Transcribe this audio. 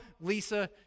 Lisa